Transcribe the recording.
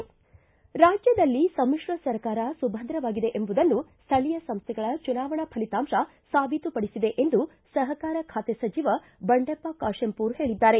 ರಾಜ್ಯದಲ್ಲಿ ಸಮಿತ್ರ ಸರ್ಕಾರ ಸುಭದ್ರವಾಗಿದೆ ಎಂಬುದನ್ನು ಸ್ಠಳೀಯ ಸಂಸ್ಥೆಗಳ ಚುನಾವಣೆ ಫಲಿತಾಂಶ ಸಾಬೀತುಪಡಿಸಿದೆ ಎಂದು ಸಹಕಾರ ಖಾತೆ ಸಚಿವ ಬಂಡೆಪ್ಪ ಕಾಶೆಂಪುರ ಹೇಳಿದ್ದಾರೆ